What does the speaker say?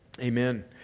Amen